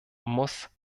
muss